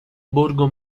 borgo